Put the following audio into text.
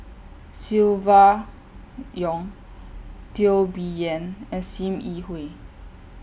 Silvia Yong Teo Bee Yen and SIM Yi Hui